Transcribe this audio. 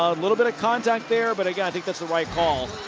a little bit contact there. but again, i think that's the right call.